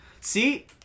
See